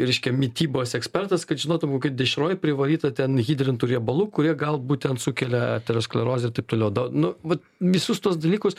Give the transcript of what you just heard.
reiškia mitybos ekspertas kad žinotum va kaip dešroj privaryta ten hidrintų riebalų kurie gal būtent sukelia aterosklerozę taip toliau da nu vat visus tuos dalykus